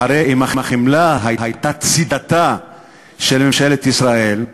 והרי אם החמלה הייתה צידתה של ממשלת ישראל,